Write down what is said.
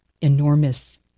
enormous